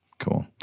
Cool